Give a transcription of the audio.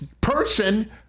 person